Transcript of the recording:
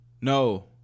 No